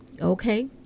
Okay